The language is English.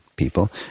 people